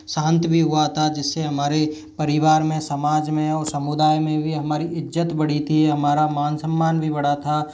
शांत भी हुआ था जिससे हमारे परिवार में समाज में और समुदाय में भी हमारी इज़्ज़त बढ़ी थी हमारा मान सम्मान भी बढ़ा था